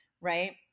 right